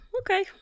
Okay